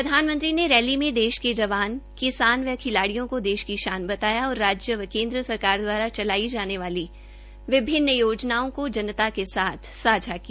प्रधानमंत्री ने रैली में देश के जवान किसान व खिलाड़ियों को देश की शान बताया और राज्य व केन्द्र सरकार द्वारा चलाई जाने वाली विभिन्न योजनाओं को जनता के साथ सांझा किया